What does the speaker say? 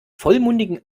vollmundigen